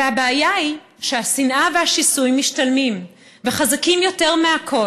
והבעיה היא שהשנאה והשיסוי משתלמים וחזקים יותר מהכול.